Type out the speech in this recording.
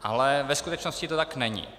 Ale ve skutečnosti to tak není.